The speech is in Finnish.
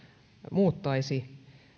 muuttaisi